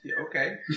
Okay